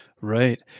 Right